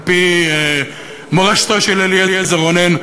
על-פי מורשתו של אליעזר רונן,